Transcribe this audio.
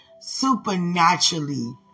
supernaturally